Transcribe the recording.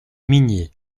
migné